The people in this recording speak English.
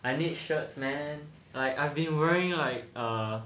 I need shirts man I I've been wearing like uh